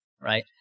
Right